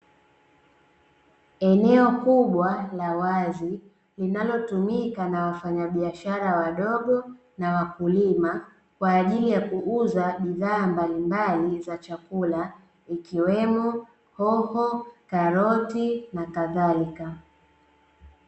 Eneo kubwa la wazi linalotumika na wafanyabiashara wadogo na wakulima kwa ajili ya kuuza bidhaa mbalimbali za chakula ikiwemo hoho, karoti na kadhalika.